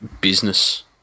business